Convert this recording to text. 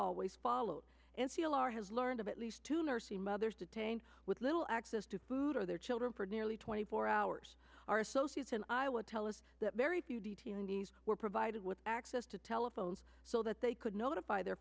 always followed in c l r has learned of at least two nursing mothers detained with little access to food or their children for nearly twenty four hours are associates and i would tell us that very few detainee's were provided with access to telephones so that they could notify their